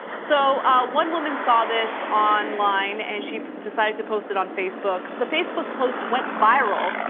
so one woman saw this online, and she decided to post it on facebook. the facebook post went viral.